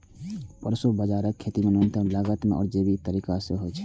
proso बाजाराक खेती न्यूनतम लागत मे आ जैविक तरीका सं होइ छै